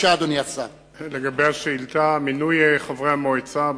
1 2. לגבי השאילתא על מינוי חברי המועצה,